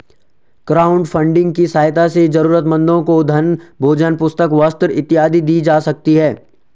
crowdfunding की सहायता से जरूरतमंदों को धन भोजन पुस्तक वस्त्र इत्यादि दी जा सकती है